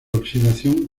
oxidación